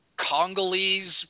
Congolese